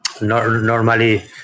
Normally